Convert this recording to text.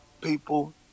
people